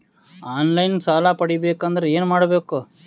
On line ಸಾಲ ಪಡಿಬೇಕಂದರ ಏನಮಾಡಬೇಕು?